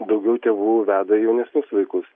daugiau tėvų veda jaunesnius vaikus